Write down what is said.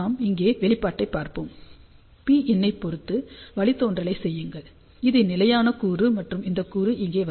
நாம் இங்கே வெளிப்பாட்டைப் பார்ப்போம் Pin ஐப் பொறுத்து வழித்தோன்றலைச் செய்யுங்கள் இது நிலையான கூறு மற்றும் இந்த கூறு இங்கே வரும்